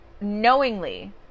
knowingly